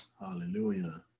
Hallelujah